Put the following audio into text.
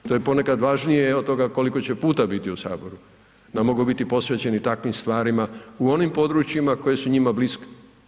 To je ponekad važnije od toga koliko će puta biti u Saboru, da mogu biti posvećeni takvim stvarima u onim područjima koji su njima bliski.